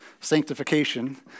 sanctification